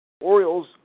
Orioles